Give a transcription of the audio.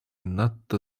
надто